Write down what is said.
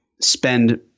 spend